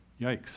Yikes